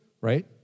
right